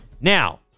Now